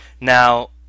Now